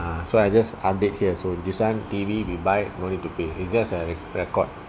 ah so I just update here so this one T_V we buy you no need to pay it's just a record